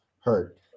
hurt